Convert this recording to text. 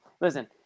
listen –